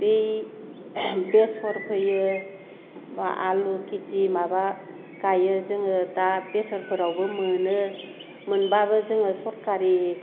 बै बेसर फोयो आलु खिथि माबा गायो जोङो दा बेसरफोरावबो मोनो मोनब्लाबो जोङो सरखारि